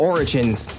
Origins